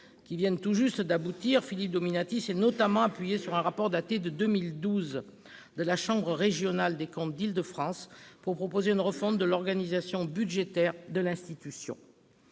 de police de Paris, Philippe Dominati s'est notamment appuyé sur un rapport daté de 2012 de la chambre régionale des comptes d'Île-de-France pour proposer une refonte de l'organisation budgétaire de l'institution.